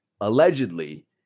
Allegedly